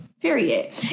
period